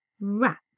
wrap